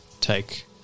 take